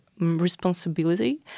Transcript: responsibility